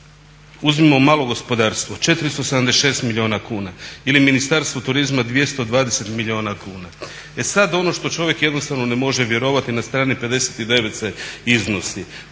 Uzmimo malo gospodarstvo, 476 milijuna kuna, ili Ministarstvo turizma 220 milijuna kuna. E sad, ono što čovjek jednostavno ne može vjerovati, na strani 59. se iznosi